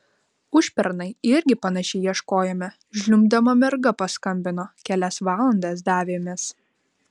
užpernai irgi panašiai ieškojome žliumbdama merga paskambino kelias valandas davėmės